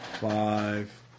five